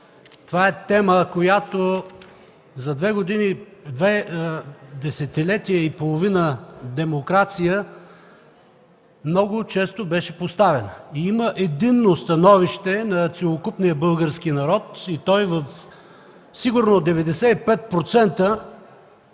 Това е тема, която за две десетилетия и половина демокрация много често беше поставяна. Има единно становище на целокупния български народ и той сигурно в 95%